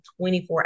24